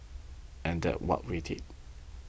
and that's what we did